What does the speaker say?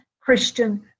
Christian